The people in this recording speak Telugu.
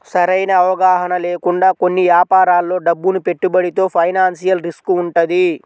సరైన అవగాహన లేకుండా కొన్ని యాపారాల్లో డబ్బును పెట్టుబడితో ఫైనాన్షియల్ రిస్క్ వుంటది